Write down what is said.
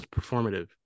performative